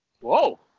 Whoa